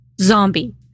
zombie